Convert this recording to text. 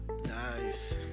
Nice